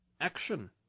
ACTION